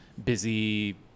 busy